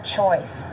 choice